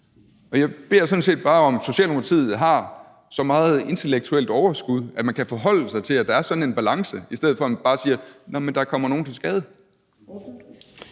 Jeg beder sådan set bare om, at Socialdemokratiet har så meget intellektuelt overskud, at de kan forholde sig til, at der er sådan en balance, i stedet for at de bare siger, at der kommer nogen til skade.